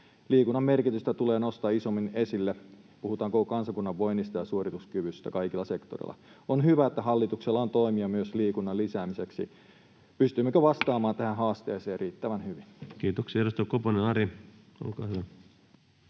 Liikunnan merkitystä tulee nostaa isommin esille, puhutaan koko kansakunnan voinnista ja suorituskyvystä kaikilla sektoreilla. On hyvä, että hallituksella on toimia myös liikunnan lisäämiseksi. Pystymmekö vastaamaan tähän haasteeseen riittävän hyvin? [Speech 136] Speaker: Ensimmäinen